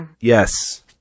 yes